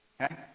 okay